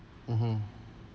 mmhmm